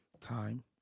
Time